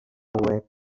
web